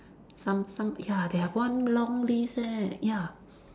some some ya they have one long list leh ya